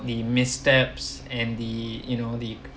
the missteps and the you know the